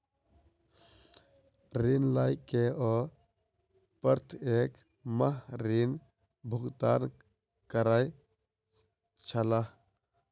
ऋण लय के ओ प्रत्येक माह ऋण भुगतान करै छलाह